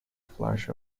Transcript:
flush